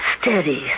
steady